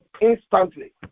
instantly